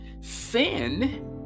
sin